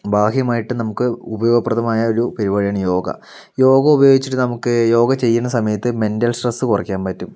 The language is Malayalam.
ബാഹ്യമായിട്ടും നമുക്ക് ഉപയോഗപ്രദമായ ഒരു പരിപാടിയാണ് യോഗ യോഗ ഉപയോഗിച്ചിട്ട് നമുക്ക് യോഗ ചെയ്യുന്ന സമയത്ത് മെന്റൽ സ്ട്രെസ്സ് കുറയ്ക്കാൻ പറ്റും